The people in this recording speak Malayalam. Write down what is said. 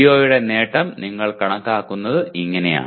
PO യുടെ നേട്ടം നിങ്ങൾ കണക്കാക്കുന്നത് ഇങ്ങനെയാണ്